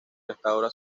restaura